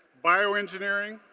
bioengineering,